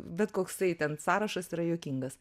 bet koksai ten sąrašas yra juokingas